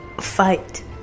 fight